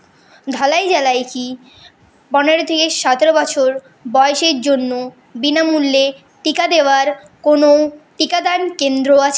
ধলাই জেলায় কি পনেরো থেকে সতেরো বছর বয়সের জন্য বিনামূল্যে টিকা দেওয়ার কোনো টিকাদান কেন্দ্র আছে